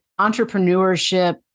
entrepreneurship